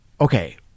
okay